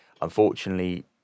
Unfortunately